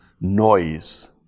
noise